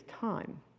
time